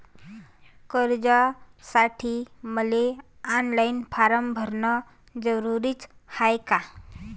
कर्जासाठी मले online form भरन जरुरीच हाय का?